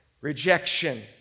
rejection